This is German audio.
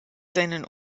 seinen